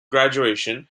graduation